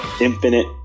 infinite